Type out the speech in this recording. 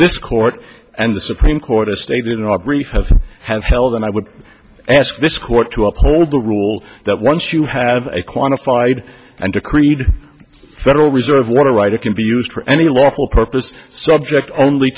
this court and the supreme court as stated in our brief have has held and i would ask this court to uphold the rule that once you have quantified and decreed federal reserve want to right it can be used for any lawful purpose subject only